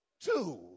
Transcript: two